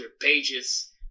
pages